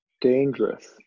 Dangerous